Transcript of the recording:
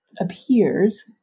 appears